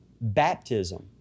baptism